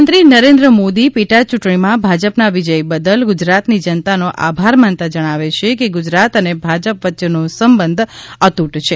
પ્રધાનમંત્રી નરેન્દ્ર મોદી પેટા ચૂંટણીમાં ભાજપના વિજય બદલ ગુજરાતની જનતાનો આભાર માનતા જણાવ્યું કે ગુજરાત અને ભાજપ વચ્ચેનો સંબંધ અતૂટ છે